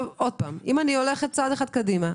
אם אני הולכת צעד אחד קדימה,